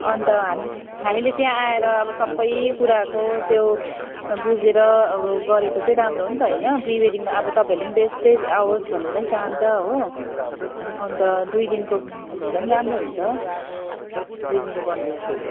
अन्त हामी हामीले त्यहाँ आएर अब सबै कुराको त्यो अब बुझेर गरेको चाहिँ राम्रो हो नि त होइन प्रि बेडिङमा अब तपाईँहरूले नि बेस्टै आओस् भनेरै चाहन्छ हो अन्त दुई दिनको हुनेको नि राम्रो हुन्छ दुई दिनको गर्नुभयो भने